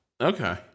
Okay